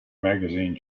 magazine